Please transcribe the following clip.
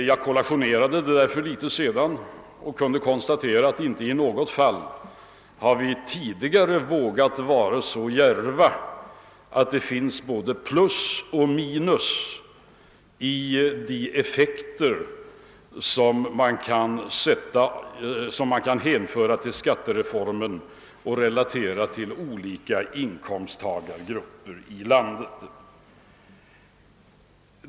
Jag kollationerade det nyligen och kunde konstatera att inte i något fall har vi tidigare vågat vara så djärva, att det funnits bå de plus och minus i de effekter som förslagen medfört i relation till olika inkomsttagargrupper i landet.